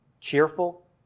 cheerful